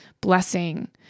blessing